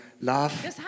love